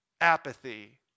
apathy